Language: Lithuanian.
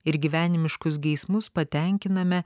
ir gyvenimiškus geismus patenkiname